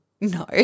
No